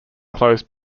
closed